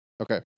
Okay